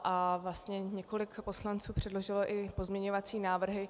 A vlastně několik poslanců předložilo i pozměňující návrhy.